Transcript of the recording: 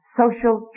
social